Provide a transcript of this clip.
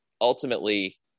ultimately